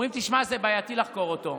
אומרים: תשמע, זה בעייתי לחקור אותו,